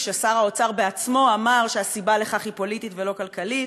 כששר האוצר בעצמו אמר שהסיבה לכך היא פוליטית ולא כלכלית,